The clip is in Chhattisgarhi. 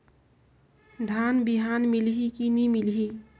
धान बिहान मिलही की नी मिलही?